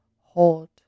hold